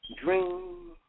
dream